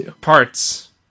Parts